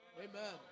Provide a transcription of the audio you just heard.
Amen